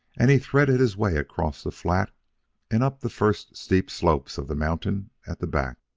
and he threaded his way across the flat and up the first steep slopes of the mountain at the back.